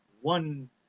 one